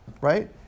right